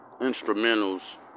instrumentals